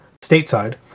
stateside